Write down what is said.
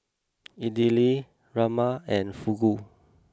Idili Rajma and Fugu